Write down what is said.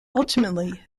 ultimately